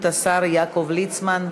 השר יעקב ליצמן,